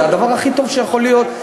זה הדבר הכי טוב שיכול להיות.